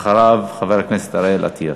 ואחריו, חבר הכנסת אריאל אטיאס.